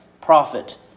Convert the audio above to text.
prophet